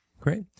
Great